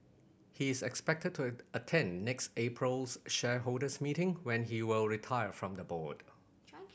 he is expected to attend next April's shareholders meeting when he will retire from the board